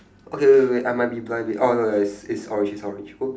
okay wait wait wait I might be blind a bit oh ya ya ya it's it's orange it's orange !oops!